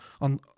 on